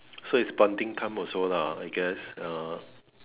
so it's bonding time also lah I guess uh